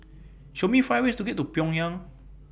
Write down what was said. Show Me five ways to get to Pyongyang